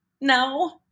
No